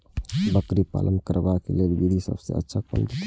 बकरी पालन करबाक लेल विधि सबसँ अच्छा कोन बताउ?